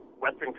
Western